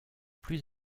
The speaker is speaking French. plus